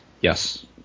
Yes